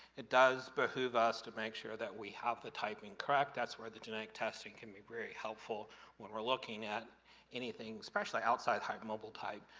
it does behoove us to make sure we have the typing correct, that's where the genetic testing can be very helpful when we're looking at anything, especially outside hypermobile type,